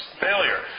failure